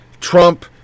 Trump